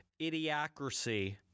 idiocracy